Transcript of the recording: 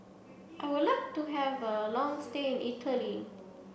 I would like to have a long stay in Italy